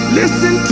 listen